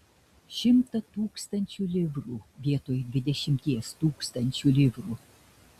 šimtą tūkstančių livrų vietoj dvidešimties tūkstančių livrų